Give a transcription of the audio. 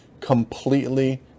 completely